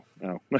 no